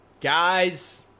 Guys